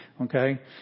Okay